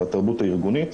של התרבות הארגונית,